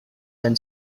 then